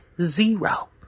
zero